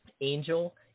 Angel